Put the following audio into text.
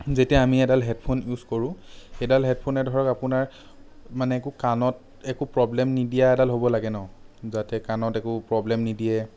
যেতিয়া আমি এডাল হেডফোন ইউজ কৰোঁ সেইডাল হেডফোনে ধৰক আপোনাৰ মানে একো কাণত একো প্ৰব্লেম নিদিয়া এডাল হ'ব লাগে ন যাতে কাণত একো প্ৰব্লেম নিদিয়ে